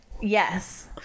yes